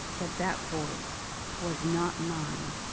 but that voice was not mine,